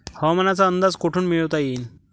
हवामानाचा अंदाज कोठून मिळवता येईन?